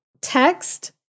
text